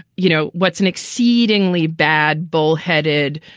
you know, what's an exceedingly bad, bullheaded,